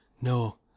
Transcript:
no